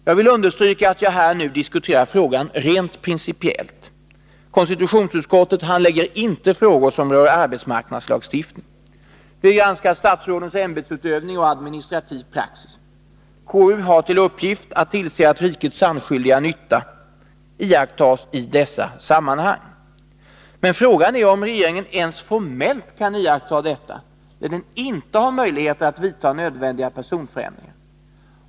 Jag vill understryka att jag nu diskuterar frågan rent principiellt. Konstitutionsutskottet handlägger inte frågor som rör arbetsmarknadslagstiftning. Men vi granskar statsrådens ämbetsutövning och administrativ praxis. KU har till uppgift att tillse att rikets sannskyldiga nytta iakttas i dessa sammanhang. Men frågan är om regeringen ens formellt kan iaktta detta, när den inte har möjlighet att vidta nödvändiga personförändringar.